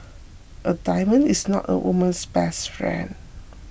a diamond is not a woman's best friend